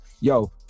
Yo